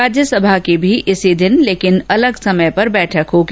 राज्यसभा की भी इसी दिन लेकिन अलग समय पर बैठक होगी